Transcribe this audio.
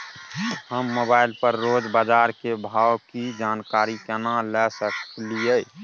हम मोबाइल पर रोज बाजार के भाव की जानकारी केना ले सकलियै?